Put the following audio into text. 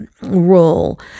role